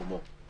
כלום ושום דבר.